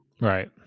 Right